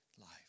Life